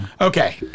Okay